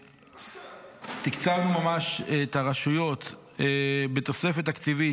תקצבנו ממש את הרשויות בתוספת תקציבית